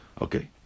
Okay